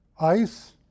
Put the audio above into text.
Ice